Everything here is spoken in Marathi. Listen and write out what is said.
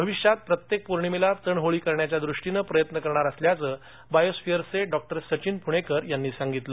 भविष्यात प्रत्येक पौर्णिमेला तण होळी करण्याच्या दृष्टीनं प्रयत्न करणार असल्याचं बायोस्फिअर्सचे डॉक्टर सचिन प्णेकर यांनी सांगितलं